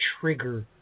trigger